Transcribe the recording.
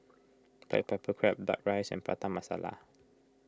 Black Pepper Crab Duck Rice and Prata Masala